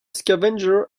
scavenger